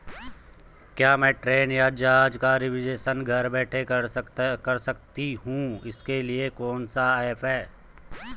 क्या मैं ट्रेन या जहाज़ का रिजर्वेशन घर बैठे कर सकती हूँ इसके लिए कोई ऐप है?